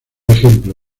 ejemplo